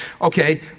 Okay